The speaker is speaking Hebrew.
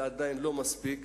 זה עדיין לא מספיק,